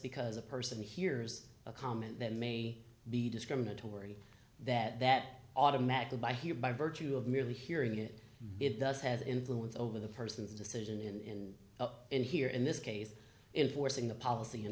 because a person hears a comment that may be discriminatory that that automatically by here by virtue of merely hearing it it does have influence over the person's decision in it here in this case in forcing the policy in